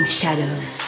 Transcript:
shadows